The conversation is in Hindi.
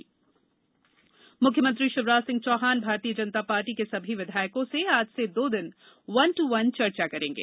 विधायक चर्चा मुख्यमंत्री शिवराज सिंह चौहान भारतीय जनता पार्टी के सभी विधायकों से आज से दो दिन वन दू वन चर्चा करेंगे